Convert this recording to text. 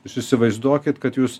jūs įsivaizduokit kad jūs